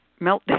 meltdown